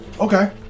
Okay